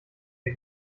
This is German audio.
der